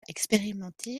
expérimenté